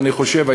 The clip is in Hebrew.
אני חושב,